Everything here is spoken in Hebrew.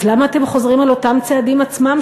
אז למה אתם חוזרים על אותם צעדים עצמם,